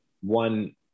one